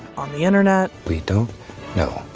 on the internet. we don't know.